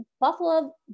Buffalo